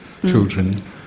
children